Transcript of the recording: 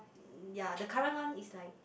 yea the current one is like